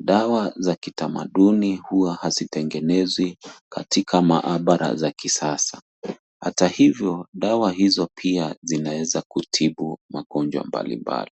Dawa za kitamaduni huwa hazitengenezwi katika maabara za kisasa. Hata hivyo dawa hizo pia zinaezakutibu magonjwa mbalimbali.